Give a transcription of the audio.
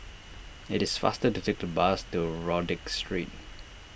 it is faster to take to bus to Rodyk Street